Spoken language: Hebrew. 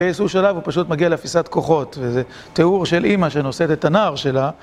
באיזשהו שלב הוא פשוט מגיע לאפיסת כוחות, וזה תיאור של אמא שנושאת את הנער שלה.